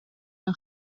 een